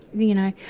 you know,